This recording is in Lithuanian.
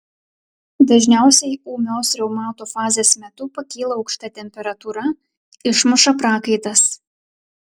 dažniausiai ūmios reumato fazės metu pakyla aukšta temperatūra išmuša prakaitas